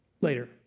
later